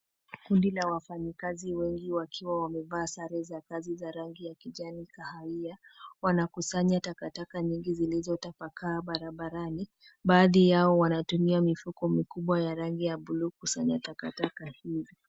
Kundi la wafamyikazi wengi wakiwa wamevaa sare za kazi za rangi ya kijani kahawia .Wanakusanya takataka nyingi zilizotapakaa barabarani. Baadhi yao wanatumia mifuko mikubwa ya rangi ya buluu kusanya takataka hizi.